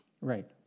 Right